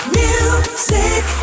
music